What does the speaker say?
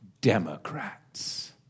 Democrats